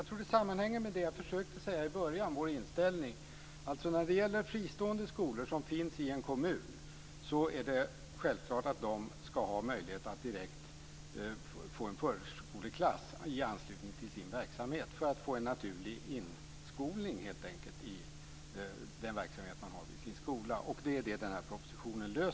Fru talman! Jag tror att detta hänger samman med vår inställning som jag redogjorde för i början. Fristående skolor i en kommun skall självklart kunna få en förskoleklass i anslutning till verksamheten. På så sätt blir det en naturlig inskolning i verksamheten i skolan. Det problemet löses i propositionen.